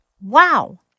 Wow